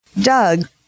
Doug